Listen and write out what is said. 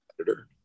editor